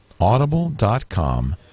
Audible.com